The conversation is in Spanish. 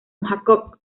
jakob